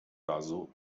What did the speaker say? razu